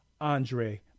Andre